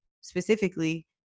specifically